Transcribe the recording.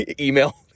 email